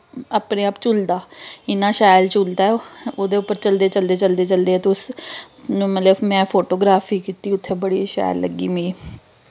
अपने आप झुलदा इन्ना शैल झुलदा ऐ ओह् ओह्दे उप्पर चलदे चलदे चलदे चलदे तुस मतलब में फोटोग्राफी कीती उत्थें बड़ी शैल लग्गी मिगी